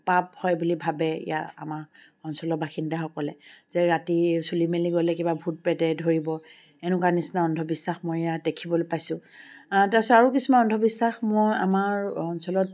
পাপ হয় বুলি ভাবে ইয়াৰ আমাৰ অঞ্চলৰ বাসিন্দা সকলে যে ৰাতি চুলি মেলি গ'লে কিবা ভূত প্ৰেতে ধৰিব এনেকুৱা নিচিনা অন্ধবিশ্বাস মই ইয়াত দেখিবলৈ পাইছো তাৰপিছত আৰু কিছুমান অন্ধবিশ্বাস মই আমাৰ অঞ্চলত